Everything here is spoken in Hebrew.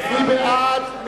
מי בעד?